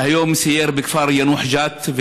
שהיום סייר בכפר יאנוח-ג'ת,